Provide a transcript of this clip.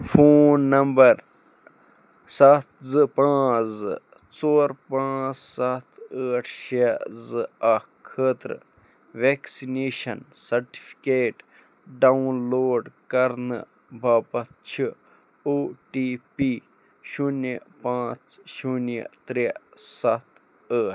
phone number سَتھ زٕ پانٛژھ زٕ ژور پانٛژھ ستھ ٲٹھ شےٚ زٕ اَکھ خٲطرٕ وٮ۪کسِنیشَن سرٹِفِکیٹ ڈاوُن لوڈ کرنہٕ باپَتھ چھِ او ٹی پی شوٗنیہِ پانٛژھ شوٗنیہِ ترٛےٚ سَتھ ٲٹھ